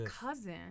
cousin